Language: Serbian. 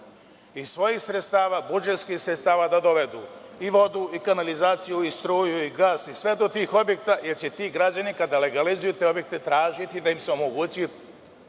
iz svojih sredstava, budžetskih sredstava da dovedu vodu, kanalizaciju, struju, gas, sve do tih objekata jer će ti građani kada legalizuju te objekte, tražiti da im se omogući